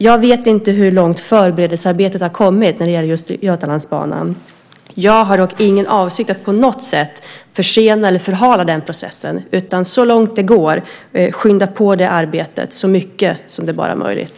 Jag vet inte hur långt förberedelsearbetet har kommit när det gäller just Götalandsbanan. Jag har dock ingen avsikt att på något sätt försena eller förhala den processen utan kommer så långt det går att skynda på det arbetet så mycket som det bara är möjligt.